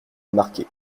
marqués